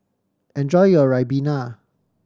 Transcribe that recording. enjoy your ribena